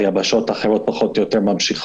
היבשות האחרות ממשיכות,